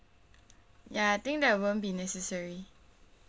ya I think that won't be necessary